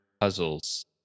puzzles